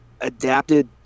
adapted